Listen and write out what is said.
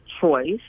choice